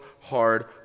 hard